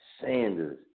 Sanders